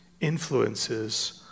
influences